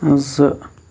زٕ